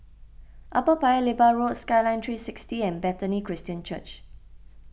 Upper Paya Lebar Road Skyline three sixty and Bethany Christian Church